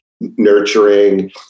nurturing